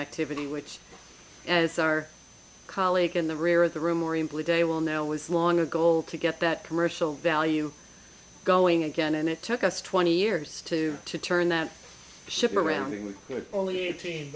activity which as our colleague in the rear of the room or employee day will now was long a goal to get that commercial value going again and it took us twenty years to turn that ship around the way it was only eighteen